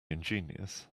ingenious